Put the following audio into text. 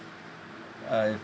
uh